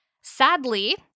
Sadly